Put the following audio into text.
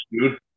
dude